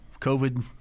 COVID